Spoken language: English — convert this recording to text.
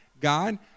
God